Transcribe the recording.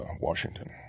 Washington